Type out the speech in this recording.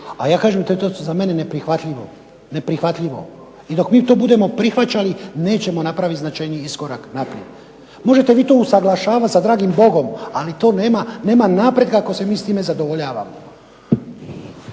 a ja kažem to je za mene neprihvatljivo. I dok mi to budemo prihvaćali, nećemo napraviti značajniji iskorak naprijed. Možete vi to usuglašavati sa dragim Bogom, ali to nema, nema napretka ako se mi s time zadovoljavamo.